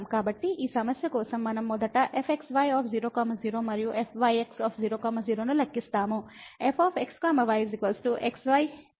కాబట్టి ఈ సమస్య కోసం మనం మొదట fxy0 0 మరియు fyx0 0 ను లెక్కిస్తాము f x y xy3x y2 x ≠ −y2 0 అన్యత్రా